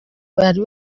bari